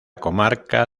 comarca